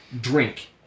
drink